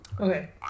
Okay